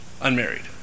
unmarried